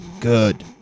good